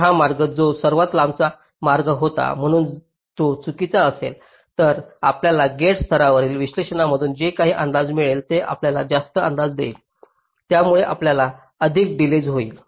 तर हा मार्ग जो सर्वात लांब मार्ग होता म्हणून जर तो चुकीचा असेल तर आपल्याला गेट स्तरावरील विश्लेषणामधून जे काही अंदाज मिळेल ते आपल्याला जास्त अंदाज देईल यामुळे आपल्याला अधिक डिलेज होईल